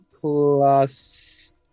plus